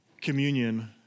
communion